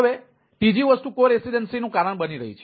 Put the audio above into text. અને ત્રીજી વસ્તુ કો રેસિડેન્સીનું કારણ બની રહી છે